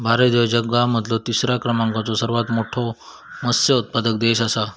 भारत ह्यो जगा मधलो तिसरा क्रमांकाचो सर्वात मोठा मत्स्य उत्पादक देश आसा